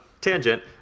tangent